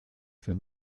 für